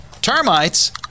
Termites